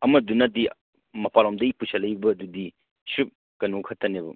ꯑꯃꯗꯨꯅꯗꯤ ꯃꯄꯥꯟ ꯂꯣꯝꯗꯩ ꯄꯨꯁꯜꯂꯛꯏꯕꯗꯨꯗꯤ ꯀꯩꯅꯣ ꯈꯛꯇꯅꯦꯕ